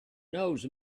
knows